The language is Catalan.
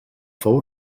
fou